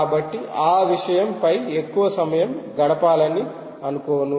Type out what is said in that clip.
కాబట్టి ఆ విషయం పై ఎక్కువ సమయం గడపాలని అనుకోను